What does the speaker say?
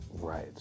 right